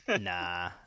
nah